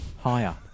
Higher